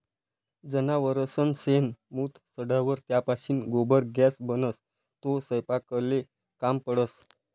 जनावरसनं शेण, मूत सडावर त्यापाशीन गोबर गॅस बनस, तो सयपाकले काम पडस